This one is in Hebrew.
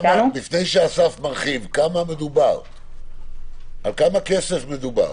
לפני שאסף מרחיב, על כמה כסף מדובר?